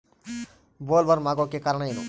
Bollworm ಆಗೋಕೆ ಕಾರಣ ಏನು?